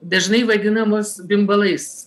dažnai vadinamos bimbalais